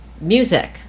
music